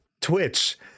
Twitch